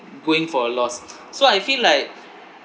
going for a loss so I feel like